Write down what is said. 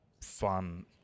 fun